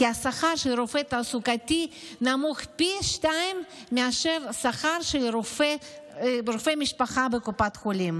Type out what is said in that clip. כי השכר של רופא תעסוקתי נמוך פי שניים משכר של רופא משפחה בקופת חולים.